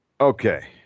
Okay